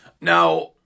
now